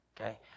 okay